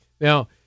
Now